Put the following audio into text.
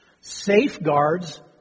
safeguards